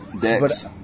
Dex